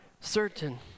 certain